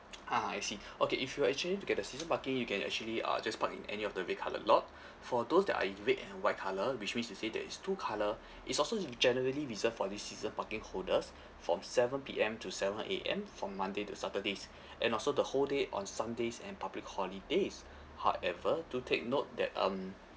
ah I see okay if you're actually to get the season parking you can actually uh just park in any of the red colour lot for those that are in red and white colour which means to say that is two colour it's also generally reserved for these season parking holders from seven P_M to seven A_M from monday to saturdays and also the whole day on sundays and public holidays however do take note that um